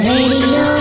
Radio